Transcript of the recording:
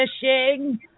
fishing